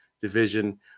division